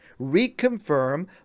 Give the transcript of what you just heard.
reconfirm